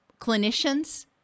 clinicians